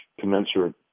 commensurate